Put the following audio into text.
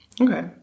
okay